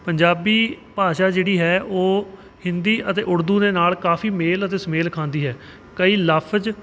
ਪੰਜਾਬੀ ਭਾਸ਼ਾ ਜਿਹੜੀ ਹੈ ਉਹ ਹਿੰਦੀ ਅਤੇ ਉੜਦੂ ਦੇ ਨਾਲ ਕਾਫ਼ੀ ਮੇਲ ਅਤੇ ਸੁਮੇਲ ਖਾਂਦੀ ਹੈ ਕਈ ਲਫ਼ਜ਼